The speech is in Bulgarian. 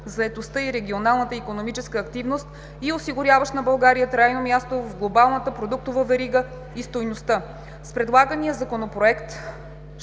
заетостта и регионалната икономическа активност и осигуряващ на България трайно място в глобалната продуктова верига на стойността. С предлагания Законопроект